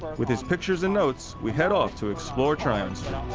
with his pictures and notes, we head off to explore tryon so